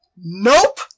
Nope